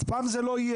זאת אף פעם לא תהיה